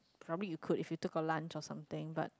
from me you could if you took a lunch or something but